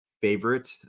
favorite